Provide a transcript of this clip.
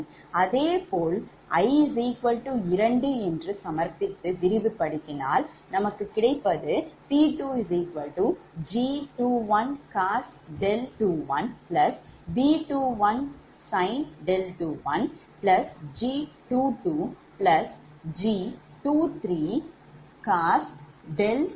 அதேபோல் i2 என்று சமர்ப்பித்து விரிவுபடுத்தினால் நமக்கு கிடைப்பது P2G21cos21B21sin21G22G23cos23B23sin23